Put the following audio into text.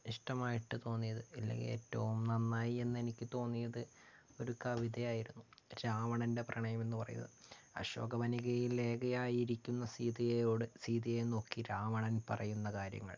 ഇഷ്ട്ടമായിട്ട് തോന്നിയത് ഇല്ലെങ്കിൽ ഏറ്റവും നന്നായിയെന്ന് എനിക്ക് തോന്നിയത് ഒരു കവിതയായിരുന്നു രാവണൻ്റെ പ്രണയം എന്ന് പറയുന്നത് അശോകവനികയിൽ ഏകയായിരിക്കുന്ന സീതയെയോട് സീതയെ നോക്കി രാവണൻ പറയുന്ന കാര്യങ്ങൾ